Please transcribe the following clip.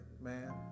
man